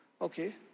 Okay